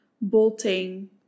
bolting